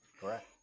Correct